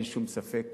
אין שום ספק